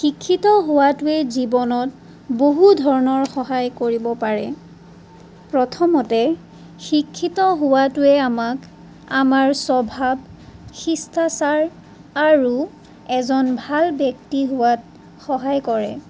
শিক্ষিত হোৱাটোৱেই জীৱনত বহু ধৰণৰ সহায় কৰিব পাৰে প্ৰথমতেই শিক্ষিত হোৱাটোৱে আমাক আমাৰ স্বভাৱ শিষ্টাচাৰ আৰু এজন ভাল ব্যক্তি হোৱাত সহায় কৰে